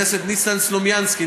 חבר הכנסת ניסן סלומינסקי,